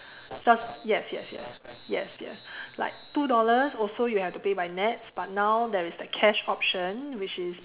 yes yes yes yes yes like two dollars also you have to pay by nets but now there is the cash option which is